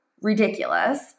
ridiculous